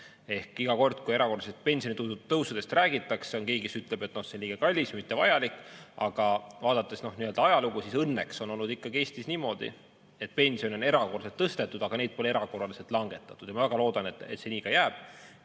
Aga iga kord, kui erakorralisest pensionitõusust räägitakse, on keegi, kes ütleb, et see on liiga kallis või mittevajalik. Aga kui vaadata ajalugu, siis õnneks on olnud ikkagi Eestis niimoodi, et pensione on erakorraliselt tõstetud, aga neid pole erakorraliselt langetatud. Ma väga loodan, et see nii ka jääb.